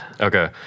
Okay